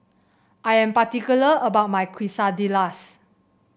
I am particular about my Quesadillas